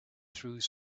through